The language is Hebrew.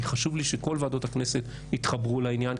חשוב לי שכל ועדות הכנסת התחברו לעניין,